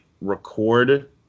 record